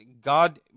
God